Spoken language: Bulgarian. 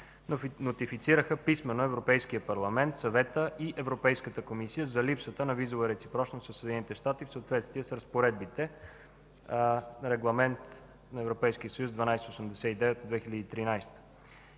нотифицираха писмено Европейския парламент, Съвета и Европейската комисия за липсата на визова реципрочност от Съединените щати в съответствие с разпоредбите на Регламент на Европейския съюз 1289/2013